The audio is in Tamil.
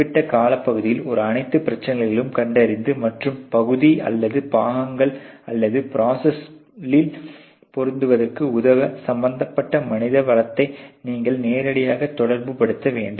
குறிப்பிட்ட காலப்பகுதியில் ஒரு அனைத்து பிரச்சனைகளையும் கண்டறிந்து மற்றும் பகுதி அல்லது பாகங்களை அல்லது பிராஸ்ஸில் பெறுவதற்கு உதவும் சம்பந்தப்பட்ட மனிதவளத்தை நீங்கள் நேரடியாக தொடர்பு படுத்த வேண்டும்